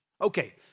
Okay